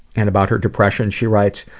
and about her depression, she writes,